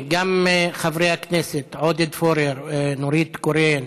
חברי הכנסת עודד פורר, נורית קורן,